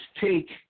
take